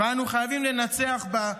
ואנו חייבים לנצח בה,